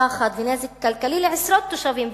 פחד ונזק כלכלי לעשרות תושבים,